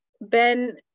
Ben